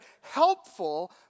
helpful